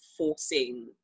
forcing